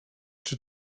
czy